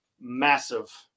massive